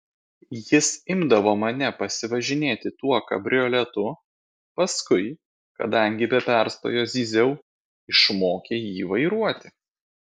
jis imdavo mane pasivažinėti tuo kabrioletu paskui kadangi be perstojo zyziau išmokė jį vairuoti